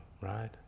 right